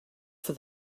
for